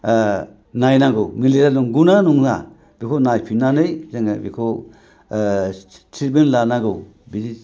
नायनांगौ मेलेरिया नंगौना नङा बेखौ नायफिननानै जोङो बेखौ ट्रिटमेन्ट लानांगौ